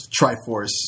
Triforce